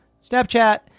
Snapchat